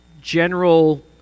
general